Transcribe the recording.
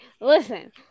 listen